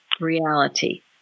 reality